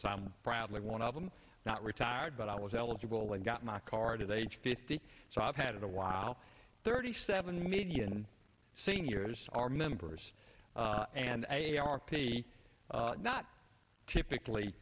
s i'm probably one of them not retired but i was eligible and got my card is age fifty so i've had it awhile thirty seven million seniors are members and the not typically